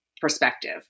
perspective